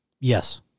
Yes